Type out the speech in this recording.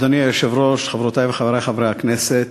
אדוני היושב-ראש, חברותי וחברי חברי הכנסת,